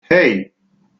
hey